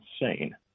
insane